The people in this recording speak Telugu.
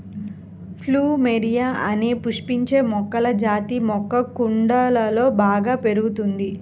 ప్లూమెరియా అనే పుష్పించే మొక్కల జాతి మొక్క కుండలలో బాగా పెరుగుతుంది